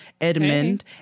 Edmund